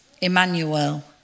Emmanuel